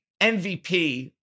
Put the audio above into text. MVP